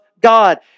God